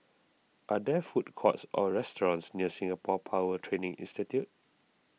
are there food courts or restaurants near Singapore Power Training Institute